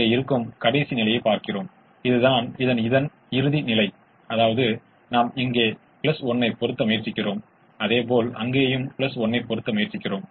இப்போது சரிபார்க்கிறோம் 00 3x0 4x0 என்பது 0 என்பதை நாம் உணர்கிறோம் அது 10 அல்ல எனவே 00 சாத்தியமில்லை